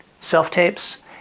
self-tapes